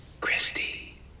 christy